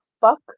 fuck